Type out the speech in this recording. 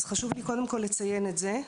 אז חשוב לי קודם כול לציין את זה.